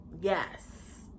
Yes